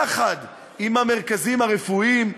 יחד עם המרכזים הרפואיים,